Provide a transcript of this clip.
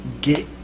get